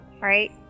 right